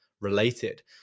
related